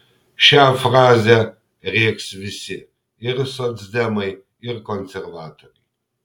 šią frazę rėks visi ir socdemai ir konservatoriai